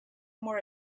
more